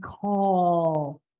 call